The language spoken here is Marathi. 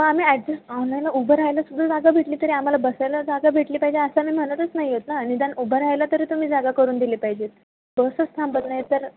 मग आम्ही ॲडजेस्ट आम्हाला उभं राहायला सुद्धा जागा भेटली तरी आम्हाला बसायला जागा भेटली पाहिजे असं आम्ही म्हणतच नाही आहेत ना निदान उभं राहायला तरी तुम्ही जागा करून दिली पाहिजेत बसच थांबत नाही तर